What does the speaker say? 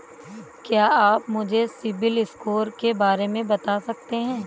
क्या आप मुझे सिबिल स्कोर के बारे में बता सकते हैं?